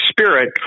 Spirit